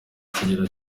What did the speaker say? kigira